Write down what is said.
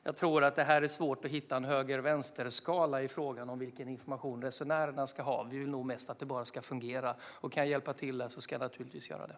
Jag tror att det är svårt att hitta en höger-vänster-skala i frågan om vilken information resenärerna ska ha. Vi vill nog mest att det bara ska fungera, och kan jag hjälpa till där ska jag naturligtvis göra det.